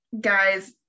guys